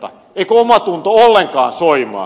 eikö omatunto ollenkaan soimaa